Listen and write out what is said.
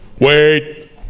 Wait